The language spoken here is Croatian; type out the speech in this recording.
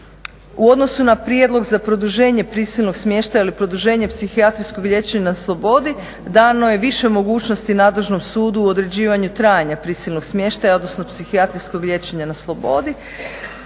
U odnosu na prijedlog za produženje prisilnog smještaja ili produženje psihijatrijskog liječenja na slobodi dano je više mogućnosti nadležnom sudu u određivanju trajanja prisilnog smještaja, odnosno psihijatrijskog liječenja na slobodi.